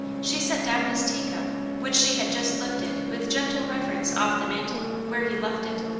she set down his teacup which she had just lifted with gentle reverence off the mantel, where he left it,